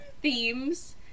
themes